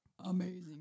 Amazing